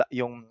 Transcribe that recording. yung